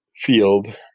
field